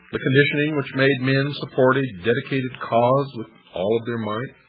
the conditioning which made men support a dedicated cause with all of their might,